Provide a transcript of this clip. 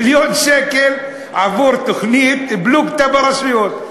מיליון שקל עבור תוכנית פלוגתא ברשויות.